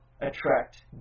attract